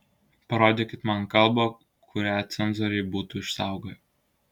parodykit man kalbą kurią cenzoriai būtų išsaugoję